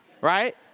right